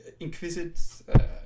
inquisit